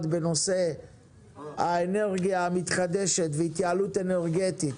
בנושא האנרגיה המתחדשת והתייעלות אנרגטית